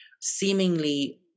seemingly